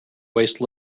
waste